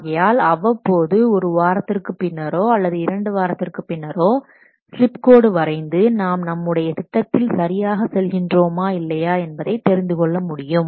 ஆகையால் அவ்வப்போது ஒரு வாரத்திற்கு பின்னரோ அல்லது இரண்டு வாரத்திற்கு பின்னரோ ஸ்லிப் கோடு வரைந்து நாம் நம்முடைய திட்டத்தில் சரியாக செல்கின்றோமா இல்லையா என்பதை தெரிந்துகொள்ள முடியும்